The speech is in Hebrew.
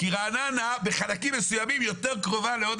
כי רעננה בחלקים מסוימים יותר קרובה להוד